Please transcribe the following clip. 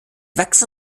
wachsen